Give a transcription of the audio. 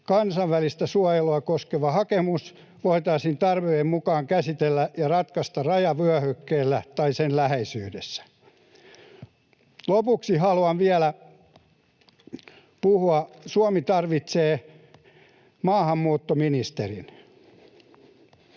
kansainvälistä suojelua koskeva hakemus voitaisiin tarpeen mukaan käsitellä ja ratkaista rajavyöhykkeellä tai sen läheisyydessä. Lopuksi halun vielä puhua siitä, että Suomi tarvitsee maahanmuuttoministerin,